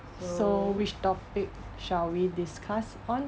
so which topic shall we discussed on